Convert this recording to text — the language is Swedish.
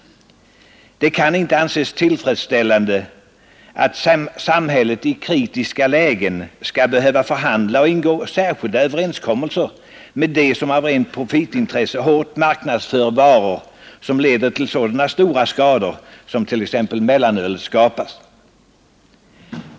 Det kan inte anses tillfredsställande att samhället i kritiska lägen skall behöva förhandla och ingå särskilda överenskommelser med dem som av rent profitintresse hårt marknadsför varor som leder till sådana stora skador som t.ex. mellanölet skapat.